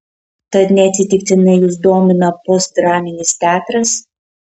tad neatsitiktinai jus domina postdraminis teatras